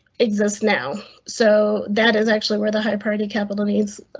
exist now, so that is actually where the high party capital needs